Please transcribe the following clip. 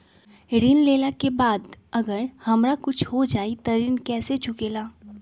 ऋण लेला के बाद अगर हमरा कुछ हो जाइ त ऋण कैसे चुकेला?